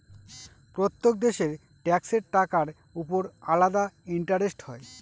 প্রত্যেক দেশের ট্যাক্সের টাকার উপর আলাদা ইন্টারেস্ট হয়